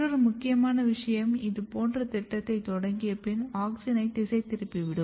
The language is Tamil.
மற்றொரு முக்கியமான விஷயம் இது இந்த திட்டத்தைத் தொடங்கிய பின் ஆக்ஸினை திசை திருப்பிவிடும்